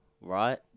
right